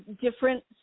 Different